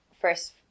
first